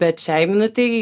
bet šiai minutei